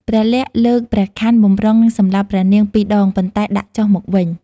ព្រះលក្សណ៍លើកព្រះខ័នបម្រុងនឹងសម្លាប់ព្រះនាងពីរដង ប៉ុន្តែដាក់ចុះមកវិញ។